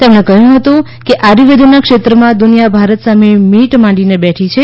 તેમણે કહ્યું હતું કે આયુર્વેદના ક્ષેત્રમાં દુનિયા ભારત સામે મીટ માંડીને બેઠી છે